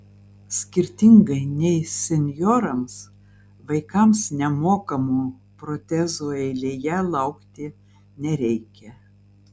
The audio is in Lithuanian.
skirtingai nei senjorams vaikams nemokamų protezų eilėje laukti nereikia